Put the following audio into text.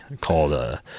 called